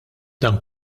dan